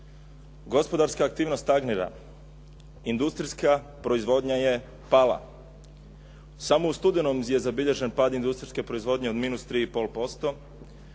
Gospodarska aktivnost stagnira. Industrijska proizvodnja je pala. Samo u studenom je zabilježen pad industrijske proizvodnje od -3,5%,